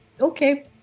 Okay